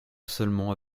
seulement